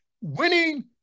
Winning